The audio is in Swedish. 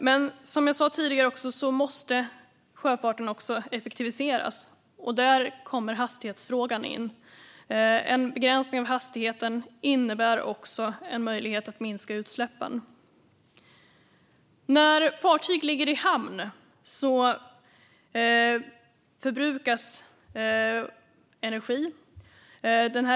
Men som jag sa tidigare måste sjöfarten effektiviseras, och där kommer hastighetsfrågan in. En begränsning av hastigheten innebär också en möjlighet att minska utsläppen. När fartyg ligger i hamn förbrukas energi.